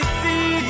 see